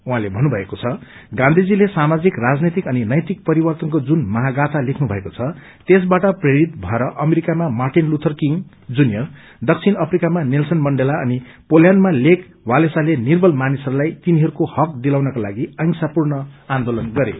उहाँले भन्नुभएको छ गान्धीजीले सामाजिक राजनैतिक अनि नैतिक परविर्तनको जुन महागाथा लेख्नुभएको छ त्यसबाट प्रेरित भएर अमेरिकामा मार्टिन लुथर किंग जुनियर दक्षिण अफ्रिकामा नेल्सन मण्डेला अनि पोल्याण्डमा लेक वालेसाले निव्रल मानिसहरूलाई तिनीहरूको हक दिलाउनका लागि अहिँसापूर्ण आन्दोलन गरे